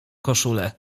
koszulę